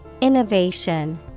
Innovation